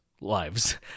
Lives